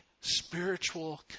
spiritual